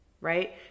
right